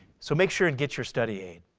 so make sure and get your study aid.